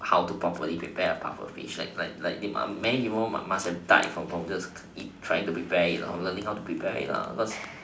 how to properly prepare a pufferfish like like like many people must have died from from just trying to prepare learning how to prepare it cause